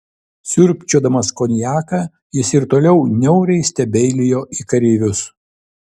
siurbčiodamas konjaką jis ir toliau niauriai stebeilijo į kareivius